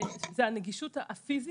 הנגישות הפיזית.